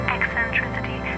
Eccentricity